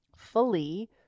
fully